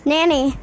Nanny